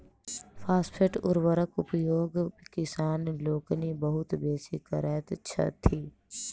phosphate उर्वरकक उपयोग किसान लोकनि बहुत बेसी करैत छथि